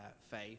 faith